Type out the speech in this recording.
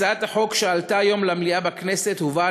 הצעת החוק שעלתה היום למליאה בכנסת הובאה